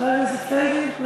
חבר הכנסת פייגלין?